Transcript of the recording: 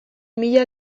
mila